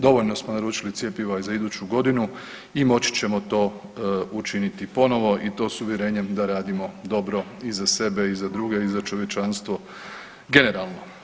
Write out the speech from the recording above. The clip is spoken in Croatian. Dovoljno smo naručili cjepiva i za iduću godinu i moći ćemo to učiniti ponovo i to s uvjerenjem da radimo dobro i za sebe i za druge i za čovječanstvo generalno.